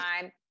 time